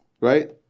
right